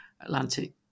Atlantic